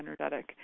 energetic